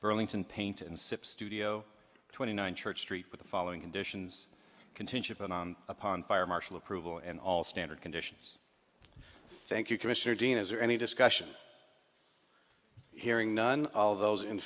burlington paint and sip studio twenty nine church street with the following conditions contingent upon fire marshal approval and all standard conditions thank you commissioner dean is there any discussion hearing none of those in